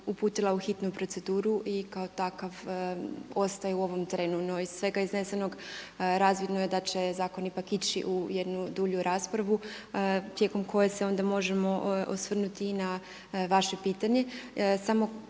uputila u hitnu proceduru i kao takav ostaje u ovom trenu. No iz svega iznesenog razvidno je da će zakon ipak ići u jednu dulju raspravu tijekom koje se onda možemo osvrnuti i na vaše pitanje.